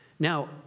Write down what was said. Now